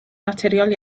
naturiol